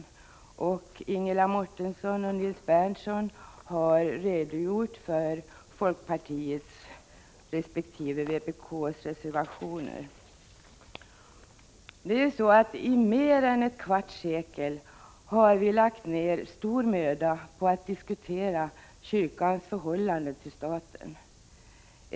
Ingela Mårtensson och Nils Berndtson har redogjort för folkpartiets resp. vpk:s reservationer. I mer än ett kvarts sekel har vi lagt ner stor möda på att diskutera kyrkans förhållande till staten.